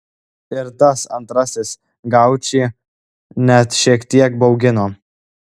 ir tas antrasis gaučį net šiek tiek baugino